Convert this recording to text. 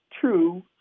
true